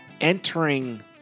entering